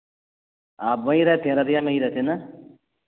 آپ وہہی رہے تھے ردیہ میں ہی رہتے ہیں ںا